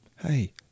hey